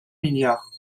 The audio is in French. milliards